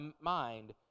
mind